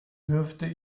dürfte